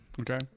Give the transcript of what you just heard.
Okay